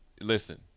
listen